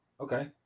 Okay